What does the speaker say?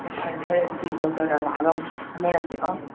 ꯑꯣ ꯐꯔꯦ ꯐꯔꯦ ꯑꯗꯨꯗꯤ ꯗꯣꯛꯇꯔꯅ ꯂꯥꯛꯑꯒ ꯑꯃꯨꯛ ꯈꯟꯅꯔꯁꯤꯀꯣ